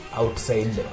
outside